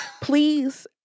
Please